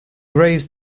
raised